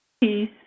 peace